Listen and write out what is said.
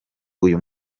uyu